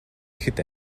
ихэд